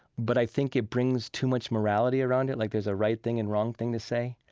but i think it brings too much morality around it, like there's a right thing and wrong thing to say.